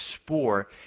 spore